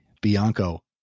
Bianco